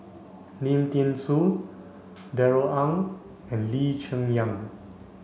Lim Thean Soo Darrell Ang and Lee Cheng Yan